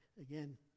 again